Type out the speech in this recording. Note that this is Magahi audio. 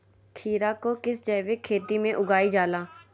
खीरा को किस जैविक खेती में उगाई जाला?